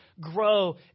grow